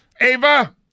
Ava